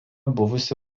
buvusi